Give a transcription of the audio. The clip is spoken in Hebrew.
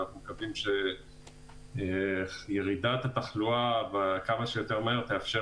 ואנו מקווים שירידת התחלואה כמה שיותר מהר תאפשר